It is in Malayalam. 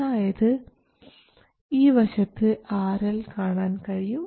അതായത് ഈ വശത്ത് RL കാണാൻ കഴിയും